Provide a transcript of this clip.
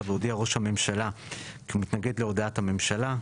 והודיע ראש הממשלה כי הוא מתנגד להודעת הממשלה,